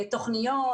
תוכניות,